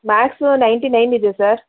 max ninety nine ಇದೆ sir